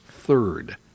third